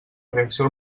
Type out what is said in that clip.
reacció